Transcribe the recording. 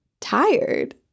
tired